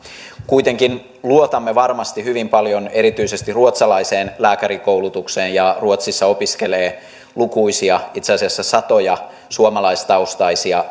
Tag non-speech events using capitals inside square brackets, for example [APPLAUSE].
kuitenkin luotamme varmasti hyvin paljon erityisesti ruotsalaiseen lääkärikoulutukseen ja ruotsissa opiskelee lukuisia itse asiassa satoja suomalaistaustaisia [UNINTELLIGIBLE]